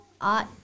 art